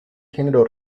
género